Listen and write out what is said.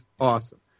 awesome